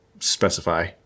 Specify